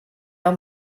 noch